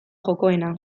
jokoena